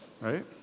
right